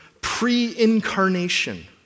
pre-incarnation